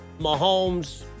Mahomes